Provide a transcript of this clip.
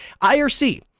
IRC